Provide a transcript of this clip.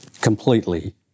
completely